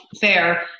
fair